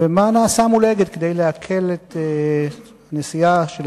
ומה נעשה מול "אגד" כדי להקל את הנסיעה של